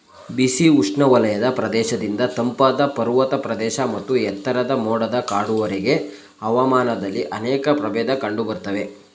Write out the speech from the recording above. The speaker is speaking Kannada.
ಬಿಸಿ ಉಷ್ಣವಲಯದ ಪ್ರದೇಶದಿಂದ ತಂಪಾದ ಪರ್ವತ ಪ್ರದೇಶ ಮತ್ತು ಎತ್ತರದ ಮೋಡದ ಕಾಡುವರೆಗೆ ಹವಾಮಾನದಲ್ಲಿ ಅನೇಕ ಪ್ರಭೇದ ಕಂಡುಬರ್ತವೆ